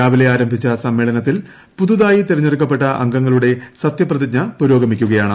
രാവിലെ ആരംഭിച്ച സമ്മേളനത്തിൽ പുതുതായി തെരഞ്ഞെടുക്കപ്പെട്ട അംഗങ്ങളുടെ സത്യപ്രതിജ്ഞ പുരോഗമിക്കുകയാണ്